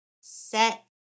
set